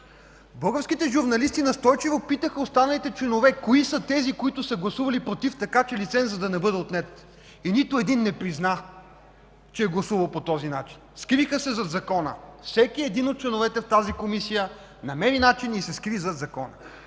Българските журналисти настойчиво питаха останалите членове кои са тези, които са гласували „против”, така че лицензът да не бъде отнет и нито един не призна, че е гласувал по този начин – скриха се зад Закона, всеки един от членовете от тази Комисия намери начин и се скри зад Закона.